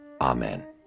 amen